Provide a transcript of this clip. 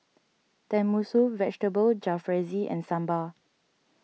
Tenmusu Vegetable Jalfrezi and Sambar